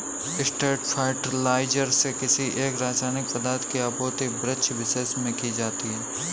straight fertiliser से किसी एक रसायनिक पदार्थ की आपूर्ति वृक्षविशेष में की जाती है